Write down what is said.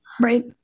Right